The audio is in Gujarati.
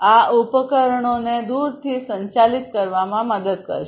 આ ઉપકરણોને દૂરથી સંચાલિત કરવામાં મદદ કરશે